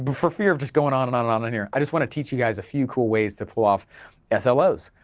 but for fear of just going on and on and on in here i just wanna teach you guys a few cool ways to pull off slos,